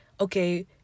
okay